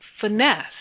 finesse